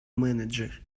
manager